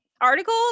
article